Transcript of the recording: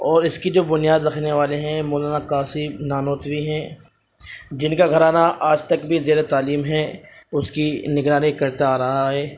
اور اس کی جو بنیاد رکھنے والے ہیں مولانا قاسم نانوتوی ہیں جن کا گھرانہ آج تک بھی زیر تعلیم ہے اس کی نگرانی کرتا آ رہا ہے